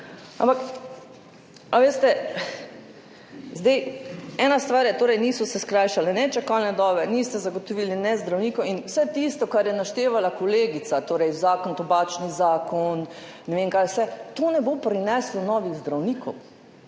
Ampak, veste, ena stvar je. Niso se skrajšale čakalne dobe, niste zagotovili zdravnikov in vse tisto, kar je naštevala kolegica, torej zakon, tobačni zakon, ne vem, kaj vse, to ne bo prineslo novih zdravnikov,